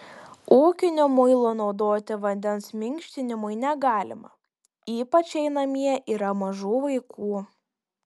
ūkinio muilo naudoti vandens minkštinimui negalima ypač jei namie yra mažų vaikų